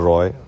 Roy